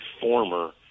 former